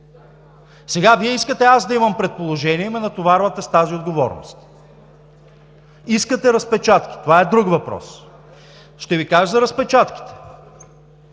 Сега Вие искате аз да имам предположения и ме натоварвате с тази отговорност. Искате разпечатки – това е друг въпрос. Ще Ви кажа за разпечатките.